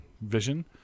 vision